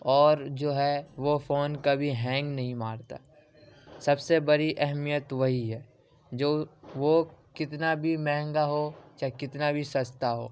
اور جو ہے وہ فون کبھی ہینگ نہیں مارتا سب سے بڑی اہمیت وہی ہے جو وہ کتنا بھی مہنگا ہو چاہے کتنا بھی سستا ہو